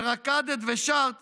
כשרקדת ושרת